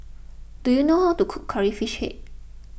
do you know how to cook Curry Fish Head